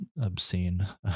obscene